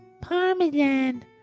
Parmesan